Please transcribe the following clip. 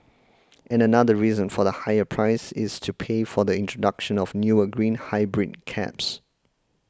and another reason for the higher price is to pay for the introduction of newer green hybrid cabs